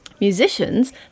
Musicians